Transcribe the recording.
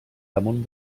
damunt